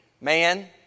man